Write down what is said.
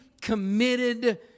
committed